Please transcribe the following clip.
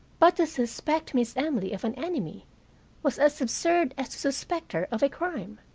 but to suspect miss emily of an enemy was as absurd as to suspect her of a crime.